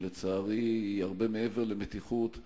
שלצערי היא הרבה מעבר למתיחות,